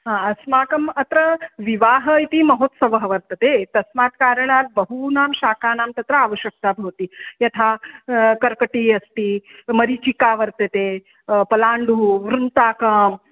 हा अस्माकम् अत्र विवाहः इति महोत्सवः वर्तते तस्मात् कारणात् बहूनां शाकानां तत्र आवश्यकता भवति यथा कर्कटिः अस्ति मरीचिका वर्तते पलाण्डुः वृन्ताकम्